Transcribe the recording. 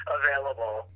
available